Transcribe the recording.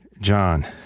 John